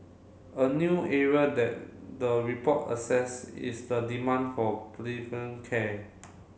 a new area that the report assess is the demand for care